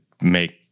make